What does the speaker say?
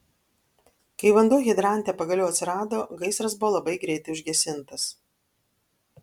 kai vanduo hidrante pagaliau atsirado gaisras buvo labai greitai užgesintas